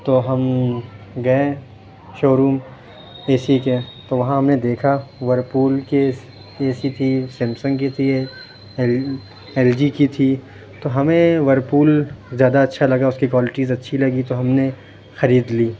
تو ہم گٮٔے شو روم اے سی كے تو وہاں ہم نے دیکھا ورلپول کے اے سی تھی سمسنگ کی تھی ایل ایل جی کی تھی تو ہمیں ورلپول زیادہ اچھا لگا اُس كی كوالٹیز اچھی لگی تو ہم نے خرید لی